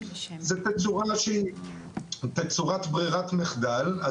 היא תצורת ברירת מחדל.